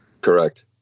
Correct